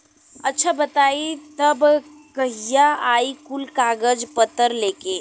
अच्छा बताई तब कहिया आई कुल कागज पतर लेके?